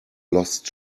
lost